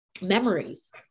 memories